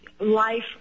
life